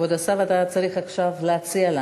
כבוד השר, אתה צריך עכשיו להציע לנו.